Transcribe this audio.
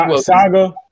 saga